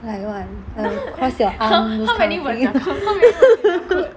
like across your arm those kind of thing